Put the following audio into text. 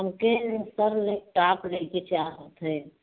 हमके sir laptop लेने की चाहत है